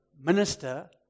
minister